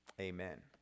Amen